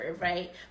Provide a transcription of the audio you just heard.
right